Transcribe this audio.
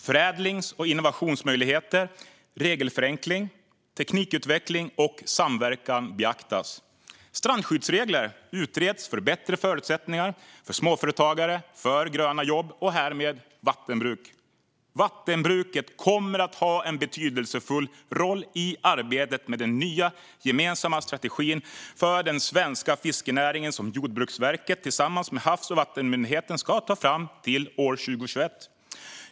Förädlings och innovationsmöjligheter, regelförenkling, teknikutveckling och samverkan beaktas. Strandskyddsregler utreds för att ge bättre förutsättningar för småföretagare och för gröna jobb och därmed för vattenbruk. Vattenbruket kommer att ha en betydelsefull roll i arbetet med den nya gemensamma strategin för den svenska fiskerinäringen som Jordbruksverket tillsammans med Havs och vattenmyndigheten ska ta fram till år 2021.